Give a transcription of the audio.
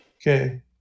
Okay